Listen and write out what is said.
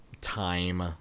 time